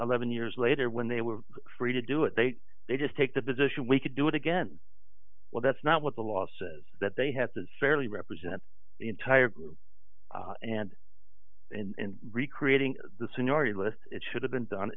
eleven years later when they were free to do it they they just take the position we could do it again well that's not what the law says that they had to bury represent the entire group and in recreating the seniority list it should have been done